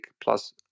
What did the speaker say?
plus